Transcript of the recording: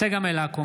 צגה מלקו,